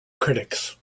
critics